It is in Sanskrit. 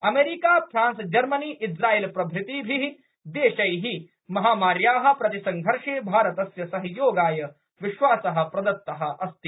अमरीका फ्रांस जर्मनी इजराइलप्रभृतीभिः देशैः महामार्याः प्रतिसङ्घर्षे भारतस्य सहयोगाय विश्वासः प्रदत्तः अस्ति